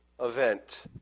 event